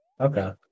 Okay